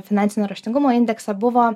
finansinio raštingumo indeksą buvo